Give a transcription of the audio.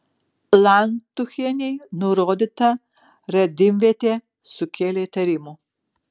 lantuchienei nurodyta radimvietė sukėlė įtarimų